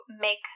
make